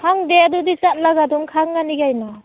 ꯈꯪꯗꯦ ꯑꯗꯨꯗꯤ ꯆꯠꯂꯒ ꯑꯗꯨꯝ ꯈꯪꯒꯅꯤ ꯀꯩꯅꯣ